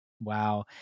Wow